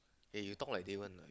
eh you talk like Davon lah